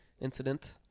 incident